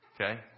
Okay